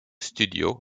studios